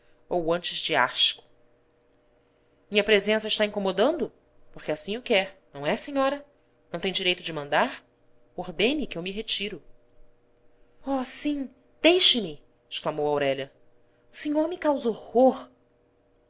ou antes de asco minha presença a está incomodando porque assim o quer não é senhora não tem direito de mandar ordene que eu me retiro oh sim deixe-me exclamou aurélia o senhor me causa